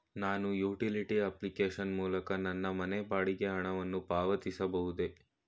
ನಾನು utility application ಮೂಲಕ ನನ್ನ ಮನೆ ಬಾಡಿಗೆ ಹಣವನ್ನು ಪಾವತಿಸಬಹುದೇ?